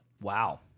wow